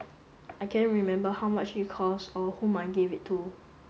I can't remember how much it cost or whom I gave it to